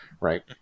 right